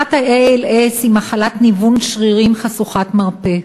מחלת ה-ALS היא מחלת ניוון שרירים חשוכת מרפא,